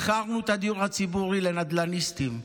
מכרנו את הדיור הציבורי לנדל"ניסטים,